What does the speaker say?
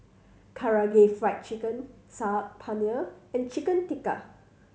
Karaage Fried Chicken Saag Paneer and Chicken Tikka